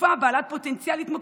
לתרופה בעלת פוטנציאל התמכרותי,